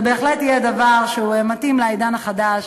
זה בהחלט יהיה דבר שמתאים לעידן החדש,